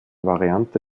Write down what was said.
variante